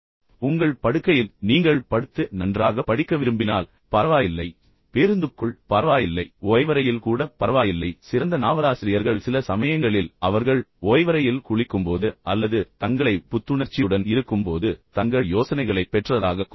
உங்கள் படுக்கையில் நீங்கள் படுத்து நன்றாக படிக்க விரும்பினால் பரவாயில்லை பேருந்துக்குள் பரவாயில்லை ஓய்வறையில் கூட பரவாயில்லை சிறந்த நாவலாசிரியர்கள் சில சமயங்களில் அவர்கள் ஓய்வறையில் குளிக்கும்போது அல்லது தங்களை புத்துணர்ச்சியுடன் இருக்கும் போது தங்கள் யோசனைகளைப் பெற்றதாகக் கூறுகிறார்கள்